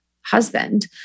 husband